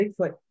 Bigfoot